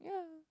yeah